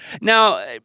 Now